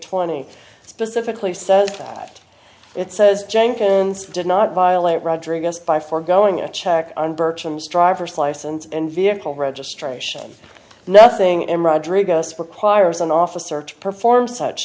twenty specifically says that it says jenkins did not violate rodriguez by foregoing a check on bircham strivers license and vehicle registration nothing in rodriguez requires an officer to perform such